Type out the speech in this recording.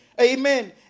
Amen